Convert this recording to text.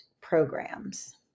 programs